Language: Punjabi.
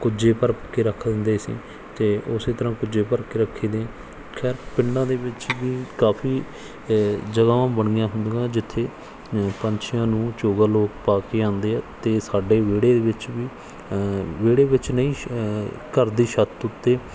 ਕੁੱਜੇ ਭਰ ਕੇ ਰੱਖ ਦਿੰਦੇ ਸੀ ਅਤੇ ਉਸ ਤਰ੍ਹਾਂ ਕੁੱਜੇ ਭਰ ਕੇ ਰੱਖੀ ਦੇ ਖੈਰ ਪਿੰਡਾਂ ਦੇ ਵਿੱਚ ਵੀ ਕਾਫੀ ਜਗ੍ਹਾਵਾਂ ਬਣੀਆਂ ਹੁੰਦੀਆਂ ਜਿੱਥੇ ਪੰਛੀਆਂ ਨੂੰ ਚੋਗਾ ਲੋਕ ਪਾ ਕੇ ਆਉਂਦੇ ਆ ਅਤੇ ਸਾਡੇ ਵਿਹੜੇ ਦੇ ਵਿੱਚ ਵੀ ਵਿਹੜੇ ਵਿੱਚ ਨਹੀਂ ਘਰ ਦੀ ਛੱਤ ਉੱਤੇ